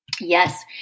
Yes